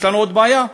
יש לנו עוד בעיה: